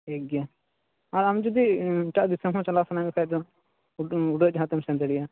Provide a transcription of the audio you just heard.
ᱴᱷᱤᱠᱜᱮᱭᱟ ᱟᱨ ᱟᱢ ᱡᱩᱫᱤ ᱮᱴᱟᱜ ᱫᱤᱥᱚᱢ ᱦᱚᱸ ᱪᱟᱞᱟᱜ ᱥᱟᱱᱟᱭᱮᱫ ᱢᱮᱠᱷᱟᱱ ᱫᱚ ᱩᱰᱟᱹᱜ ᱡᱟᱦᱟᱡᱽ ᱛᱮᱢ ᱥᱮᱱ ᱫᱟᱲᱮᱭᱟᱜᱼᱟ